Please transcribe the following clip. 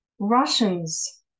Russians